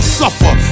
suffer